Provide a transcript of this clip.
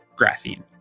Graphene